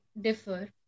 differ